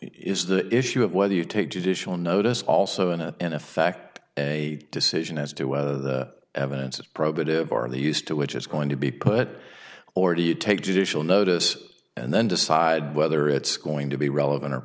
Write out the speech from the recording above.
is the issue of whether you take judicial notice also in a in effect a decision as to whether the evidence is probative or the used to which is going to be put or do you take judicial notice and then decide whether it's going to be relevant or